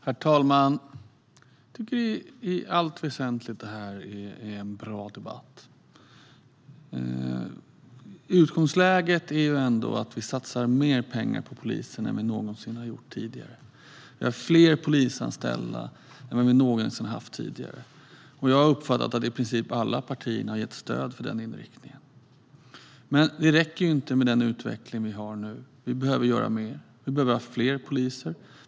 Herr talman! Det här är en i allt väsentligt bra debatt. Utgångsläget är att det satsas mer pengar på polisen än någonsin. Och antalet polisanställda är fler än någonsin. Jag uppfattar det som att i princip alla partierna har gett stöd för den inriktningen. Det räcker dock inte med den utveckling vi har nu. Vi behöver göra mer. Vi behöver ha fler poliser.